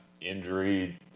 injury